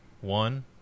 one